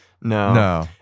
No